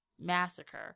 massacre